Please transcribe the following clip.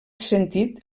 sentit